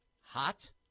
hot